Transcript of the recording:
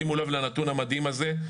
שימו לב לנתון המדהים הזה: